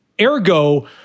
ergo